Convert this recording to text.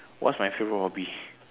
what's my favourite hobby